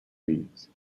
leagues